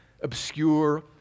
obscure